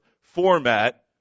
format